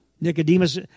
Nicodemus